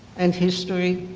and history.